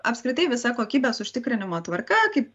apskritai visa kokybės užtikrinimo tvarka kaip